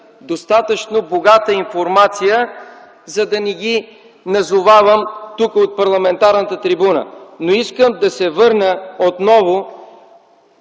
достатъчно богата информация, за да не ги назовавам тук от парламентарната трибуна. Искам да се върна отново